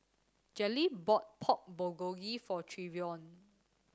Jaleel bought Pork Bulgogi for Trevion